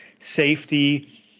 safety